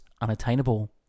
unattainable